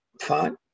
fine